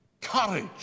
Courage